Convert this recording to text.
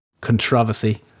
controversy